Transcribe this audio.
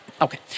Okay